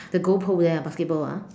the goal pole there ah basketball ah